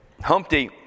Humpty